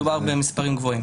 מדובר במספרים גבוהים.